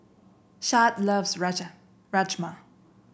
Shad loves Rajma